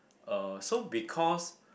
uh so because